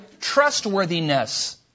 trustworthiness